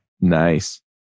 nice